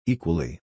Equally